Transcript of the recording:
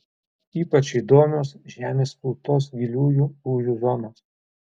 ypač įdomios žemės plutos giliųjų lūžių zonos